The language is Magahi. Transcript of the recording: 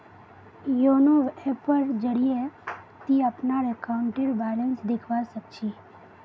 योनो ऐपेर जरिए ती अपनार अकाउंटेर बैलेंस देखवा सख छि